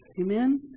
Amen